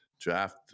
draft